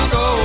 go